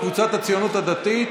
קבוצת הציונות הדתית?